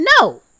No